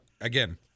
again